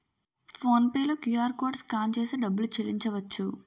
phone pay లో QR code scan చేసి డబ్బులు చెల్లించవచ్చు